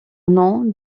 nom